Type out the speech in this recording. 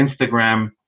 Instagram